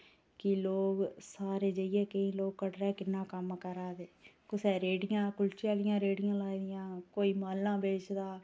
कि लोग सारे जाइयै केईं लोक कटरै किन्ना कम्म करा दे कुसै रेढ़ियां कुल्चे आह्लियां रेढ़ियां लाए दियां कोई मालां बेचदा